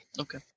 Okay